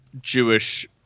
Jewish